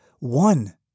One